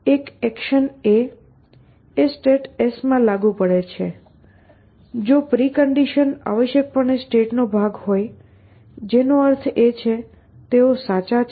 એક action A એ state S માં લાગુ પડે છે જો પ્રિકન્ડિશન આવશ્યકપણે સ્ટેટનો ભાગ હોય જેનો અર્થ એ કે તેઓ સાચા છે